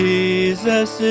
Jesus